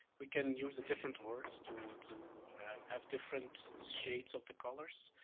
we can use the different words to, to have different shades of the colours.